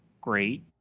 Great